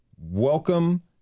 welcome